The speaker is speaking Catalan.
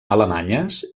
alemanyes